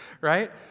right